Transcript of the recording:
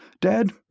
Dad